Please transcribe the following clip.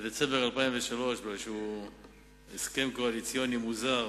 בדצמבר 2003, בגלל איזה הסכם קואליציוני מוזר